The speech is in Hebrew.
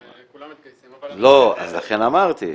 לא, כולם מתגייסים, אבל --- לא, אז לכן אמרתי.